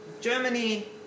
Germany